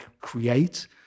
create